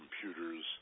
computers